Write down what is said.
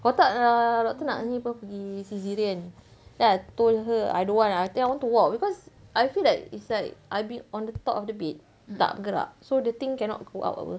kalau dah doctor nak ni apa pergi caesarean then I told her I don't want I think I want to walk because I feel like it's like I've been on the top of the bed tak gerak so the thing cannot go out apa